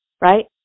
right